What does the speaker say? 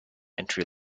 entry